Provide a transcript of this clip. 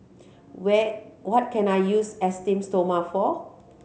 where what can I use Esteem Stoma for